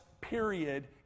period